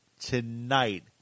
Tonight